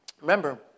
Remember